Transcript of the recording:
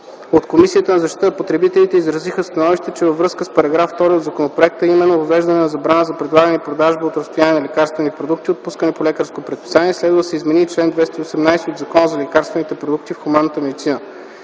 От Комисията за защита на потребителите изразиха становище, че във връзка с § 2 от законопроекта, а именно – въвеждането на забрана за предлагането и продажбата от разстояние на лекарствени продукти, отпускани по лекарско предписание, следва да се измени и чл. 218 от Закона за лекарствените продукти в хуманната медицина.